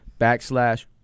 backslash